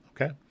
Okay